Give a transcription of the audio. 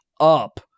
up